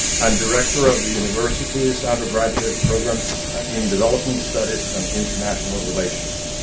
and director of the university's undergraduate programs in development studies and international relations.